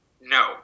No